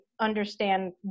Understand